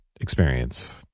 experience